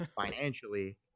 financially